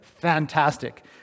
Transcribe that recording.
fantastic